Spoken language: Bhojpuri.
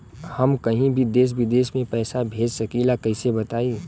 हम कहीं भी देश विदेश में पैसा भेज सकीला कईसे बताई?